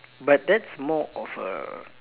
but that's more of a